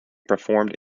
performed